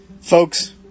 Folks